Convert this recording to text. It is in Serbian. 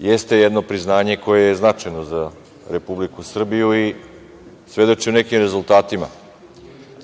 jeste jedno priznanje koje je značajno za Republiku Srbiju i svedoči o nekim rezultatima.